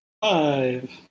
Five